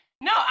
No